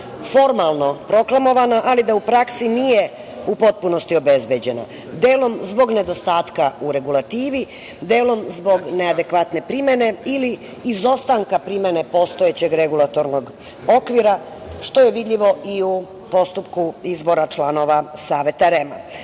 formalno proklamovana, ali da u praksi nije u potpunosti obezbeđena. Delom zbog nedostatka u regulativi, delom zbog neadekvatne primene ili izostanka primene postojećeg regulatornog okvira, što je vidljivo i u postupku izbora članova Saveta